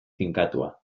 finkatua